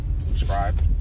Subscribe